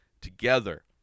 together